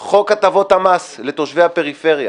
חוק הטבות המס לתושבי הפריפריה,